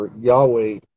Yahweh